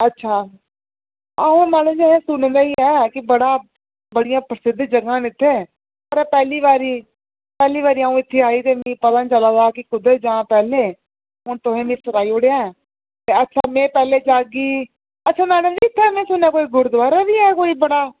अच्छा आहो मैडम जी असें ते नां गै सुने दा गै ऐ जे बड़ियां प्रसिद्ध जगह न इत्थै पैह्ली बारी अ'ऊं इत्थै आई ते मिगी पता नीं चला दा जे कुद्दर जां पैह्ले हून तुसें मिगी सनाई उड़ेआ अच्छा में पैह्ले जागी